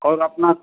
और अपना